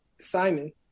Simon